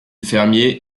fermier